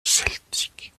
celtiques